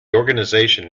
organisation